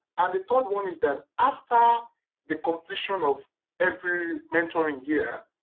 and the third one is that after the completion of every mentoring year,